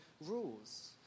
rules